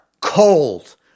Cold